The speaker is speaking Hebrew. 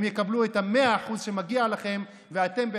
הם יקבלו את ה-100% שמגיע להם,